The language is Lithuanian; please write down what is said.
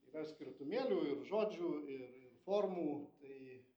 yra skirtumėlių ir žodžių ir ir formų tai